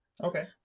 okay